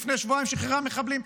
לפני שבועיים שחררה מחבלים,